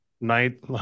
night